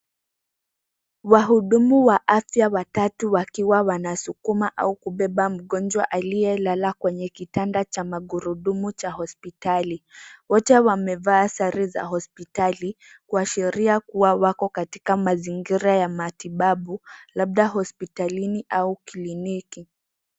Wahudumu wa afya watatu wakiwa wanasukuma au kubeba mgonjwa aliyelala kwenye kitanda cha magurudumu cha hospitali. Wote wamevaa sare za hospitali kuashiria kuwa wako katika mazingira ya matibabu labda hospitalini au kliniki.